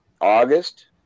August